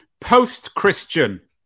post-Christian